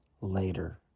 later